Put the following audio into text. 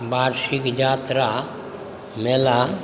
वार्षिक यात्रा मेला